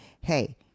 Hey